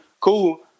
Cool